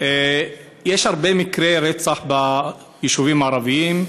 יש הרבה מקרי רצח ביישובים הערביים,